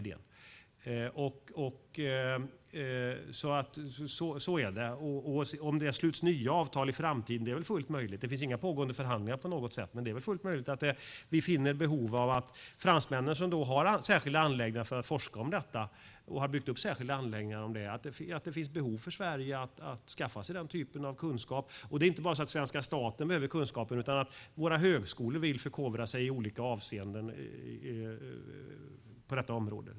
Det är väl fullt möjligt att det sluts nya avtal i framtiden. Det finns inga pågående förhandlingar, men det är fullt möjligt att vi finner behov av att skaffa oss kunskap hos fransmännen, som har byggt upp särskilda anläggningar för att forska om detta. Det är inte bara svenska staten som behöver kunskapen, utan våra högskolor vill på olika sätt förkovra sig på detta område.